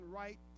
right